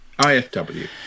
IFW